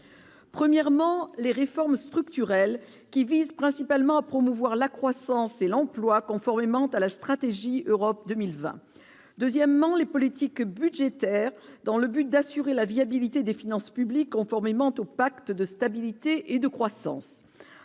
premièrement, les réformes structurelles qui vise principalement à promouvoir la croissance et l'emploi conformément à la stratégie Europe 2020, deuxièmement les politiques budgétaires dans le but d'assurer la viabilité des finances publiques, conformément au pacte de stabilité et de croissance,